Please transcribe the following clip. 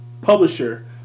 publisher